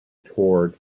toured